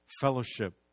fellowship